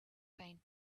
faint